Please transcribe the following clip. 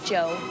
Joe